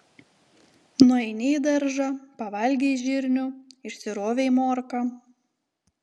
nueini į daržą pavalgei žirnių išsirovei morką